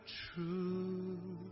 true